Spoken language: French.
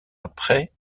après